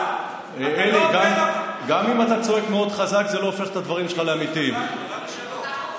בנית קריירה פוליטית על יושר וברחת.